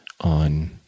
on